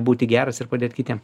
būti geras ir padėti kitiem